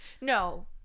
No